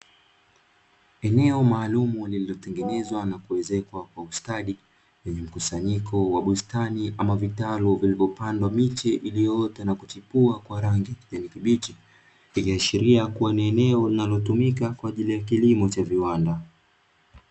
Eneo maalumu lililotengenezwa na kuezekwa kwa ustadi, lenye mkusanyiko wa bustani ama vitalu vilivyopandwa miche iliyoota na kuchipua kwa rangi ya kijani kibichi, ikiashiria kuwa ni eneo linalotumika kwa ajili ya kilimo cha viwanda.